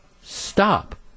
stop